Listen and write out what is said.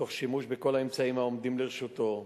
תוך שימוש בכל האמצעים העומדים לרשותו,